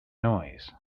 noise